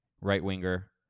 right-winger